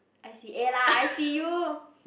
I_C_A lah I_C_U